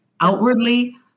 outwardly